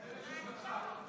דרך משפטך.